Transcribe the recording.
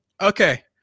Okay